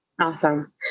Awesome